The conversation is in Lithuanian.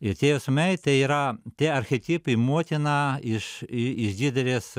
ir tie jausmai tai yra tie archetipai motina iš i iš didelės